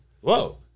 Whoa